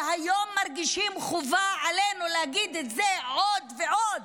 והיום אנחנו מרגישים שחובה עלינו להגיד את זה עוד ועוד,